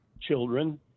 children